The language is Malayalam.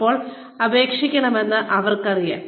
എപ്പോൾ അപേക്ഷിക്കണമെന്ന് അവർക്കറിയാം